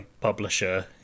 publisher